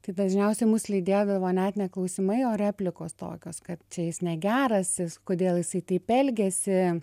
tai dažniausiai mus lydėdavo net ne klausimai o replikos tokios kad jis negeras jis kodėl jisai taip elgiasi